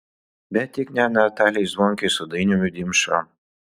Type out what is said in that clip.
bet tik ne natalijai zvonkei su dainiumi dimša